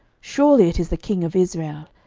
surely it is the king of israel.